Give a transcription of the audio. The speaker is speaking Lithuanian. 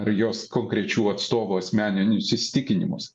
ar jos konkrečių atstovų asmeninius įsitikinimus